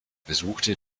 besuchte